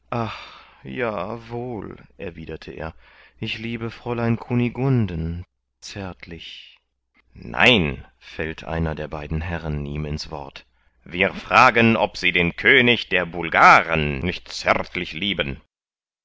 ach ja wohl erwiderte er ich liebe fräulein kunigunden zärtlich nein fällt einer der beiden herren ihm ins wort wir fragen ob sie den könig der bulgaren nicht zärtlich lieben